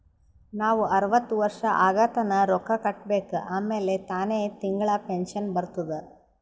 ನಾವ್ ಅರ್ವತ್ ವರ್ಷ ಆಗತನಾ ರೊಕ್ಕಾ ಕಟ್ಬೇಕ ಆಮ್ಯಾಲ ತಾನೆ ತಿಂಗಳಾ ಪೆನ್ಶನ್ ಬರ್ತುದ್